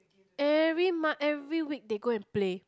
every month every week they go and play